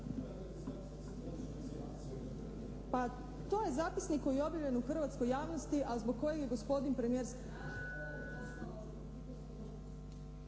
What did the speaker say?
pa to je zapisnik koji je objavljen u hrvatskoj javnosti a zbog kojeg je …/Govornik